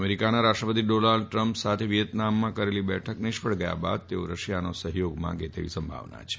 અમેરિકાના રાષ્ટ્રપતિ Donald Trump સાથે વિયેતનામમાં કરેલી બેઠક નિષ્ફળ ગયા બાદ તેઓ રશિયાનો સફ્યોગ માંગે તેવી સંભાવના છે